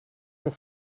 nog